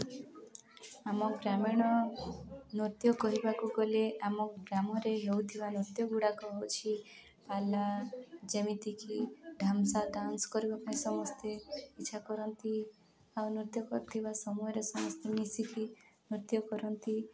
ଆମ ଗ୍ରାମୀଣ ନୃତ୍ୟ କହିବାକୁ ଗଲେ ଆମ ଗ୍ରାମରେ ହେଉଥିବା ନୃତ୍ୟ ଗୁଡ଼ାକ ହଉଛି ପାଲା ଯେମିତିକି ଢେମ୍ସା ଡାନ୍ସ କରିବା ପାଇଁ ସମସ୍ତେ ଇଚ୍ଛା କରନ୍ତି ଆଉ ନୃତ୍ୟ କରଥିବା ସମୟରେ ସମସ୍ତେ ମିଶିକି ନୃତ୍ୟ କରନ୍ତି